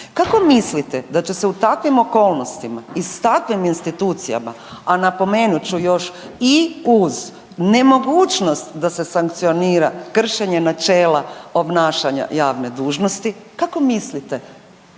Kako mislite da će se u takvim okolnostima i s takvim institucijama, a napomenut ću još i uz nemogućnost da se sankcionira kršenje načela obnašanja javne dužnosti, kako mislite